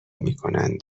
میکنند